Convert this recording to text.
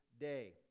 day